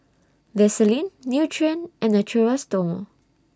Vaselin Nutren and Natura Stoma